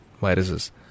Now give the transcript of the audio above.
viruses